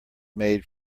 made